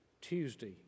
Tuesday